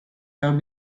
have